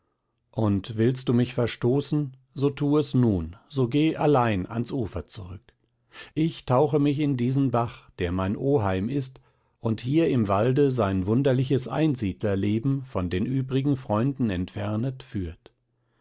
und willst du mich verstoßen so tu es nun so geh allein ans ufer zurück ich tauche mich in diesen bach der mein oheim ist und hier im walde sein wunderliches einsiedlerleben von den übrigen freunden entfernet führt